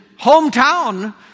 hometown